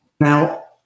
Now